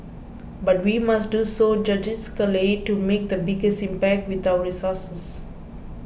but we must do so judiciously to make the biggest impact with our resources